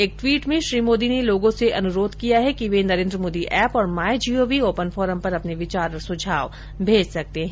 एक ट्वीट में श्री मोदी ने लोगों से अनुरोध किया है कि वे नरेन्द्र मोदी एप और my G O V open forum पर अपने विचार और सुझाव दे सकते हैं